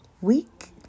week